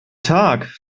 tag